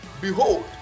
behold